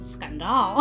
Scandal